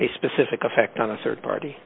a specific effect on a rd party